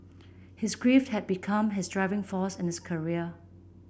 his grief had become his driving force in his career